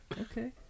Okay